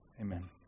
Amen